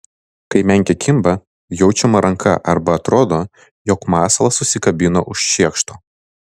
kai menkė kimba jaučiama ranka arba atrodo jog masalas užsikabino už šiekšto